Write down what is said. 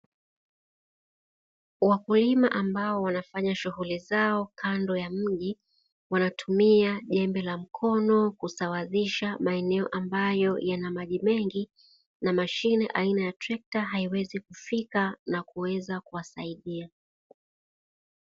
Wakulima ambao wanafanya shughuli zao kando ya mji, wanaotumia jembe la mkono kusawazisha maeneo ambayo Yana maji mengi na mashine aina ya trekta haiwezi kufika na kuweza kuwasaidia.